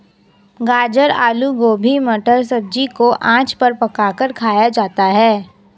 गाजर आलू गोभी मटर सब्जी को आँच पर पकाकर खाया जाता है